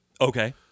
Okay